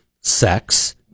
sex